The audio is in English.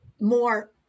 more